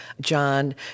John